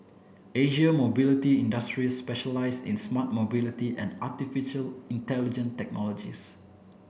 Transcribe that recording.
Asia Mobility Industries specializes in smart mobility and artificial intelligent technologies